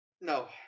No